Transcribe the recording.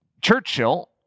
Churchill